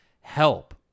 help